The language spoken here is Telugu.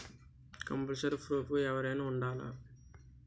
కంపల్సరీ ప్రూఫ్ గా ఎవరైనా ఉండాలా?